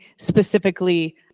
specifically